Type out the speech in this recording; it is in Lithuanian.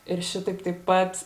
ir šitaip taip pat